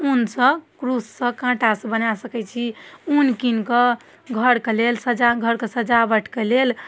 उनसँ क्रूससँ काँटासँ बना सकै छी उन किनिकऽ घरके लेल सजा घरके सजावटके लेल